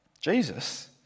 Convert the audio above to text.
Jesus